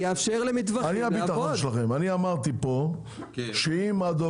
אני הביטחון שלכם, אני אמרתי לכם פה שעד אוגוסט.